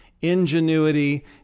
ingenuity